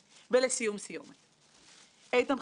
ליואב קיש ודב חנין שנמצאים כאן וגם לחברים האחרים,